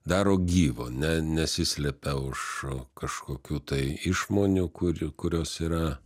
daro gyvo ne nesislepia už kažkokių tai išmonių kur kurios yra